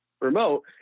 remote